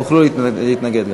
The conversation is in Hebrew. תוכלו להתנגד גם.